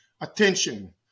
attention